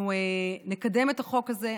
שאנחנו נקדם את החוק הזה.